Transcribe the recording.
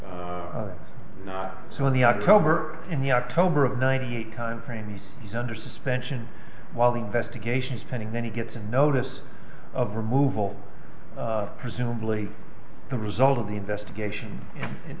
not not so in the october and the october of ninety eight timeframe he's he's under suspension while the investigation is pending then he gets a notice of removal presumably the result of the investigation and